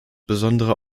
besondere